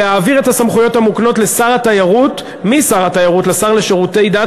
להעביר משר התיירות לשר לשירותי דת